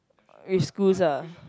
with schools ah